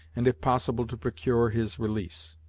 and if possible to procure his release.